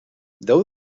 though